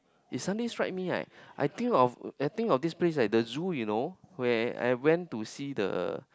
it suddenly strike me right I think of I think of this place right the zoo you know where I went to see the